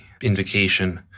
invocation